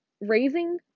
raising